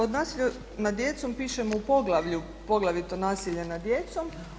Od nasilja nad djecom pišemo u poglavlju poglavito nasilje nad djecom.